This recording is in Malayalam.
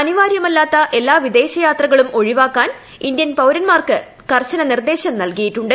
അനിവാര്യമല്ലാത്ത എല്ലാ വിദേശയാത്രകളും ഒഴിവാക്കാൻ ഇന്ത്യൻ പൌരൻമാർക്ക് കർശന നിർദ്ദേശം നൽകിയിട്ടുണ്ട്